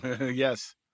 Yes